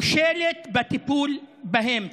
כושלת בטיפול בהם.